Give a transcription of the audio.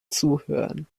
zuhören